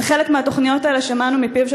על חלק מהתוכניות האלה שמענו מפיו של